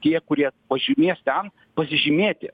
tie kurie važinės ten pasižymėti